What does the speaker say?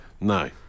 No